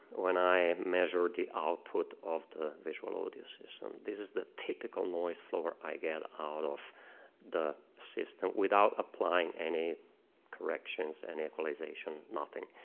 when i measured the output of the visualaudio system. this is the typical noise floor i get out of the system without applying any corrections, any equalization, nothing.